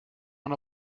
una